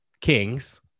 kings